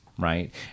Right